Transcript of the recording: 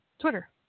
twitter